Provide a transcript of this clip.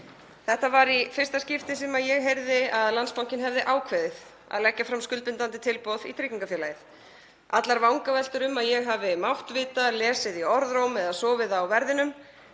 Þetta var í fyrsta skipti sem ég heyrði að Landsbankinn hefði ákveðið að leggja fram skuldbindandi tilboð í tryggingafélagið. Allar vangaveltur um að ég hafi mátt vita, lesið í orðróm eða sofið á verðinum